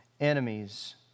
enemies